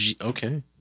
Okay